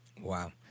Wow